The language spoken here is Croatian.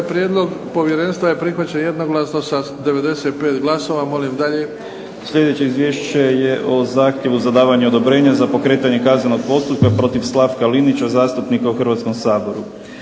prijedlog povjerenstva je prihvaćen jednoglasno, sa 95 glasova. Molim dalje. **Sesvečan, Damir (HDZ)** Sljedeće izvješće je o zahtjevu za davanje odobrenja za pokretanje kaznenog postupka protiv Slavka Linića, zastupnika u Hrvatskom saboru.